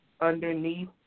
underneath